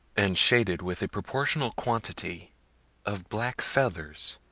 and shaded with a proportionable quantity of black feathers.